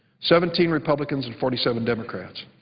seventeen republicans and forty seven democrats.